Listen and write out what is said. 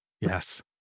Yes